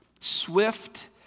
Swift